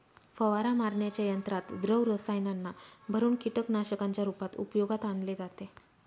फवारा मारण्याच्या यंत्रात द्रव रसायनांना भरुन कीटकनाशकांच्या रूपात उपयोगात आणले जाते